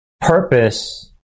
purpose